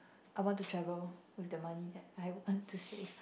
I want to travel with the money that I want to save